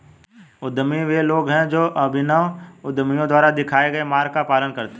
उद्यमी वे लोग हैं जो अभिनव उद्यमियों द्वारा दिखाए गए मार्ग का पालन करते हैं